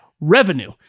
revenue